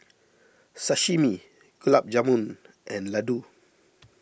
Sashimi Gulab Jamun and Ladoo